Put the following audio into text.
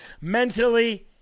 mentally